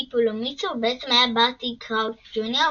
פולימיצי ובעצם היה ברטי קראוץ' ג'וניור,